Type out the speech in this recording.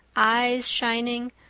eyes shining,